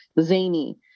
zany